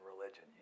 religion